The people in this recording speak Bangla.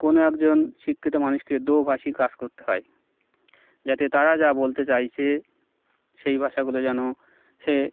কোন একজন শিক্ষিত মানুষকে দোভাষী কাজ করতে হয় যাতে তারা যা বলতে চাইছে সেই ভাষাগুলো যেন সে